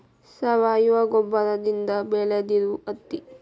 ಸಾವಯುವ ಗೊಬ್ಬರದಿಂದ ಬೆಳದಿರು ಹತ್ತಿ